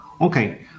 Okay